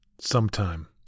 Sometime